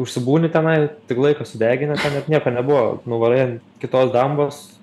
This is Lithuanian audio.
užsibūni tenai tik laiko sudegini ten ir nieko nebuvo nuvarai an kitos dambos